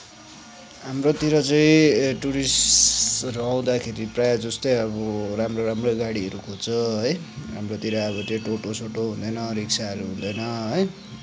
हाम्रोतिर चाहिँ टुरिस्टहरू आउँदाखेरि प्रायः जस्तै अब राम्रो राम्रो गाडीहरू खोज्छ है हाम्रोतिर अब त्यो टोटो सोटोहरू हुँदैन रिक्साहरू हुँदैन है